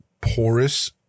porous